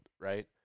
right